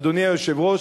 אדוני היושב-ראש,